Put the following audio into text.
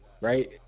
Right